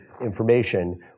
information